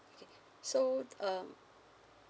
so uh